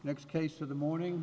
next case for the morning